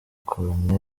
corneille